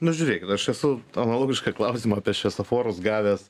nu žiūrėkit aš esu analogišką klausimą apie šviesoforus gavęs